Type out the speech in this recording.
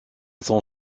son